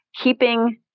keeping